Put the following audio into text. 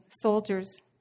soldiers